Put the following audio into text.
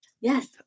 Yes